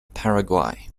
paraguay